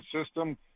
system